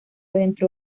dentro